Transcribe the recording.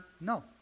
No